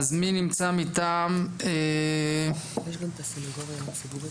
נמצאת כאן גם הסנגוריה הציבורית.